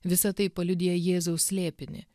visa tai paliudija jėzaus slėpinį